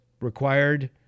required